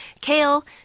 Kale